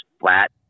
flat